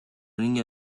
niña